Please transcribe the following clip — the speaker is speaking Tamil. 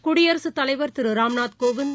குடியரசுத் தலைவர் திருராம்நாத் கோவிந்த்